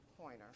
pointer